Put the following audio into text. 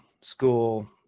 school